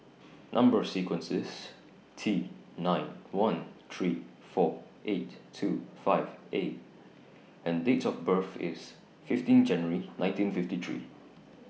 Number sequence IS T nine one three four eight two five A and Date of birth IS fifteen January nineteen fifty three